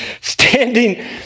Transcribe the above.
standing